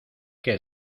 que